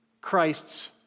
Christ's